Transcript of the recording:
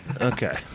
Okay